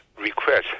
request